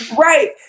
Right